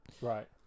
Right